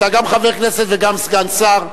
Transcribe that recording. אתה גם חבר כנסת וגם סגן שר,